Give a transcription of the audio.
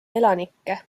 elanikke